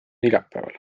neljapäeval